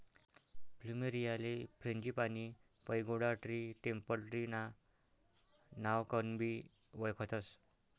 फ्लुमेरीयाले frangipani, pagoda tree, temple tree ना नावकनबी वयखतस